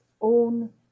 own